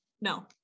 No